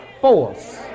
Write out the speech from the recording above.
force